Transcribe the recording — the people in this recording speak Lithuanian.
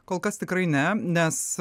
kol kas tikrai ne nes